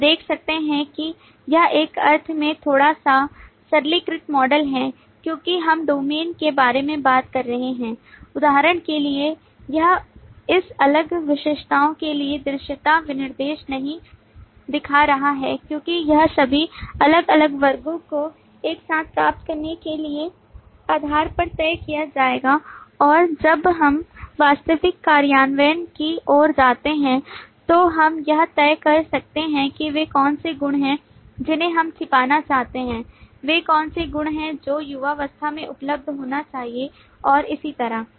आप देख सकते हैं कि यह एक अर्थ में थोड़ा सा सरलीकृत मॉडल है क्योंकि हम डोमेन के बारे में बात कर रहे हैं उदाहरण के लिए यह इस अलग विशेषताओं के लिए दृश्यता विनिर्देश नहीं दिखा रहा है क्योंकि यह सभी अलग अलग वर्गो को एक साथ प्राप्त करने के आधार पर तय किया जाएगा और जब हम वास्तविक कार्यान्वयन की ओर जाते हैं तो हम यह तय कर सकते हैं कि वे कौन से गुण हैं जिन्हें हम छिपाना चाहते हैं वे कौन से गुण हैं जो युवावस्था में उपलब्ध होने चाहिए और इसी तरह